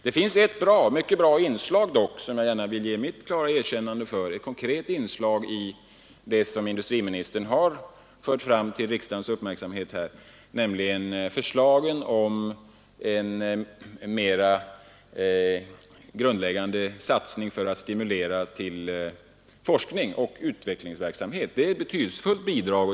Det finns dock ett mycket bra inslag — det skall villigt erkännas — i det som industriministern har fört fram till riksdagen, nämligen förslaget om en mera grundläggande satsning för att stimulera till forskning och utvecklingsverksamhet. Det är ett betydelsefullt bidrag.